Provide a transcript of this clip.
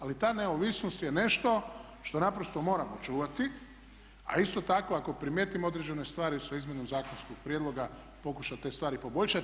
Ali ta neovisnost je nešto što naprosto moramo čuvati, a isto tako ako primijetimo određene stvari sa izmjenom zakonskog prijedloga pokušat te stvari poboljšati.